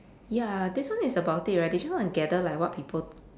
ya this one is about it right they actually like want to gather like what people